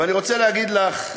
ואני רוצה להגיד לך,